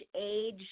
age